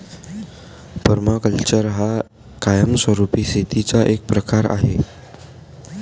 permaculture हा कायमस्वरूपी शेतीचा एक प्रकार आहे